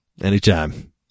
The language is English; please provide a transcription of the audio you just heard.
Anytime